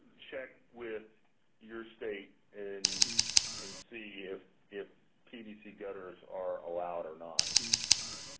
check with your state and and see if if pvc gutters are allowed or not.